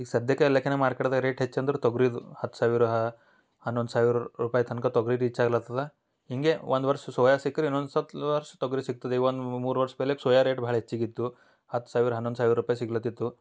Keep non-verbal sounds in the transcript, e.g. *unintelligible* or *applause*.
ಈಗ ಸಧ್ಯಕ್ಕೆ ಎಲ್ಲಕ್ಕಿಂತ ಮಾರ್ಕೆಟ್ದಾಗೆ ರೇಟ್ ಹೆಚ್ಚಂದ್ರೆ ತೊಗರಿದು ಹತ್ತು ಸಾವಿರ ಹನ್ನೊಂದು ಸಾವಿರ ರೂಪಾಯಿ ತನಕ ತೊಗರಿದು ಹೆಚ್ಚಾಗ್ಲತ್ತಿದೆ ಹೀಗೆ ಒಂದು ವರ್ಷ ಸೋಯಾ ಸಿಕ್ಕರೆ ಇನ್ನೊಂದು *unintelligible* ವರ್ಷ ತೊಗರಿ ಸಿಗ್ತದೆ ಈಗ ಒಂದು ಮೂರು ವರ್ಷ ಪೆಹ್ಲೆ ಸೋಯಾ ರೇಟ್ ಭಾಳ ಹೆಚ್ಚಿಗೆ ಇತ್ತು ಹತ್ತು ಸಾವಿರ ಹನ್ನೊಂದು ಸಾವಿರ ರೂಪಾಯಿ ಸಿಗ್ಲತ್ತಿತ್ತು